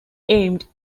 aimed